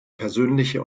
persönliche